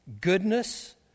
goodness